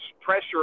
pressure